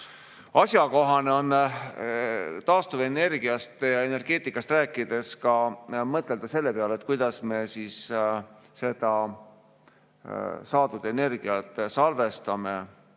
Asjakohane on taastuvenergiast ja -energeetikast rääkides mõtelda ka selle peale, kuidas me saadud energiat salvestame